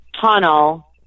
tunnel